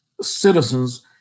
citizens